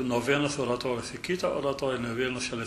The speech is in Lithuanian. nuo vienos oratorijos į kitą oratoriją nuo vienos šalies